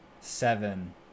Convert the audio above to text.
seven